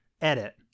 Edit